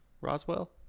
Roswell